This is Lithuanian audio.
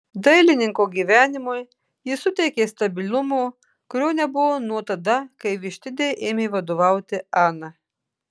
dailininko gyvenimui ji suteikė stabilumo kurio nebuvo nuo tada kai vištidei ėmė vadovauti ana